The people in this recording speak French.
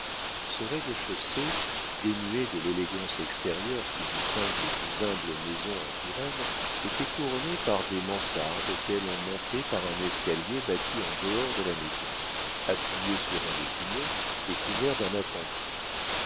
ce rez-de-chaussée dénué de l'élégance extérieure qui distingue les plus humbles maisons en touraine était couronné par des mansardes auxquelles on montait par un escalier bâti en dehors de la maison appuyé sur un des pignons et couvert d'un appentis